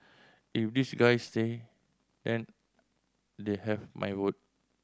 if these guys stay and they'll have my vote